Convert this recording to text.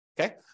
okay